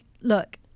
look